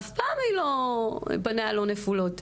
אף פעם פניה לא נפולות.